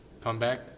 comeback